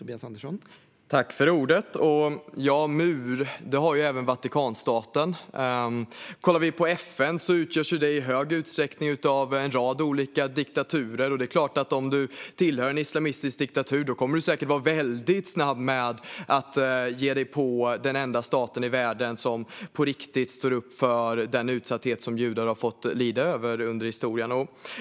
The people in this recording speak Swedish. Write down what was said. Herr talman! Även Vatikanstaten har mur. FN utgörs i hög utsträckning av en rad olika diktaturer. Det är klart att du, om du tillhör en islamistisk diktatur, kommer att vara väldigt snabb med att ge dig på den enda stat i världen som på riktigt står upp för den utsatthet som judar har fått lida av genom historien.